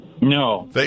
No